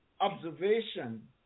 observation